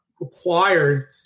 required